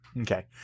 Okay